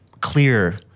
clear